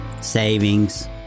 savings